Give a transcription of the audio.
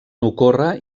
ocórrer